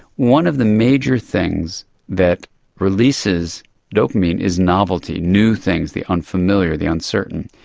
one of the major things that releases dopamine is novelty, new things, the unfamiliar, the uncertain.